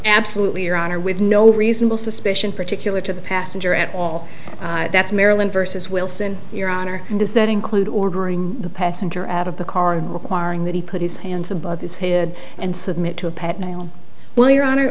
absolutely your honor with no reasonable suspicion particular to the passenger at all that's marilyn versus wilson your honor does that include ordering the passenger out of the car and requiring that he put his hands above his head and submit to a pet now well your hon